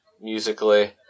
musically